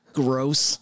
gross